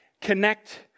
connect